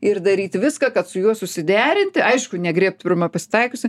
ir daryt viską kad su juo susiderinti aišku negriebt pirmo pasitaikiusio